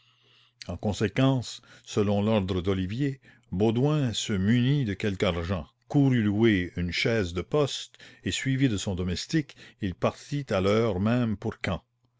en conséquence selon l'ordre d'olivier baudouin se munit de quelque argent courut louer une chaise de poste et suivi de son domestique il partit à l'heure même pour